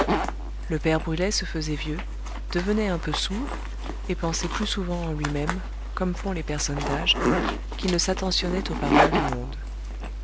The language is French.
le père brulet se faisait vieux devenait un peu sourd et pensait plus souvent en lui-même comme font les personnes d'âge qu'il ne s'attentionnait aux paroles du monde